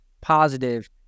positive